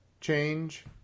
change